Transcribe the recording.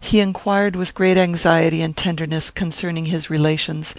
he inquired with great anxiety and tenderness concerning his relations